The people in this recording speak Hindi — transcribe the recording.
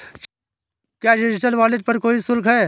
क्या डिजिटल वॉलेट पर कोई शुल्क है?